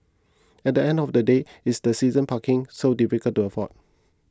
at the end of the day is that season parking so difficult to afford